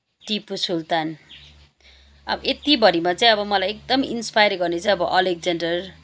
टिपु सुलतान अब यति भरिमा चाहिँ मलाई एकदम इन्सपायर गर्ने चाहिँ अब अलेकजेन्डर